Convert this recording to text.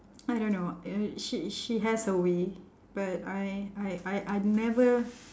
I don't know uh she she has her way but I I I I never